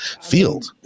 field